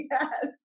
Yes